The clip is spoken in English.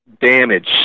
damage